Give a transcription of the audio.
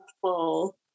full